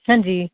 ਹਾਂਜੀ